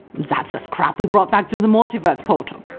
that's just crap we brought back through the multi-verse portal.